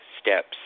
steps